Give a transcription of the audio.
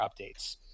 updates